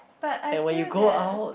but I feel that